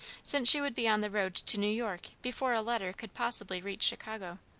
since she would be on the road to new york before a letter could possibly reach chicago.